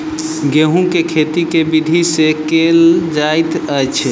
गेंहूँ केँ खेती केँ विधि सँ केल जाइत अछि?